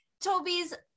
toby's